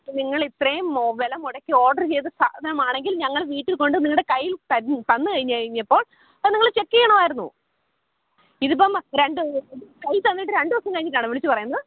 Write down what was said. നിങ്ങളിത്രയും മോ വില മുടക്കി ഓഡർ ചെയ്ത സാധനമാണെങ്കിൽ ഞങ്ങൾ വീട്ടിൽക്കൊണ്ട് നിങ്ങളുടെ കയ്യിൽ തരുന്നു തന്നു കഴിഞ്ഞു കഴിഞ്ഞപ്പോൾ അതു നിങ്ങൾ ചെക്ക് ചെയ്യണമായിരുന്നു ഇതിപ്പം രണ്ട് ഇതു കയ്യിൽ തന്നിട്ട് രണ്ടു ദിവസം കഴിഞ്ഞിട്ടാണോ വിളിച്ചു പറയുന്നത്